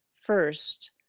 first